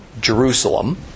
Jerusalem